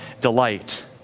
delight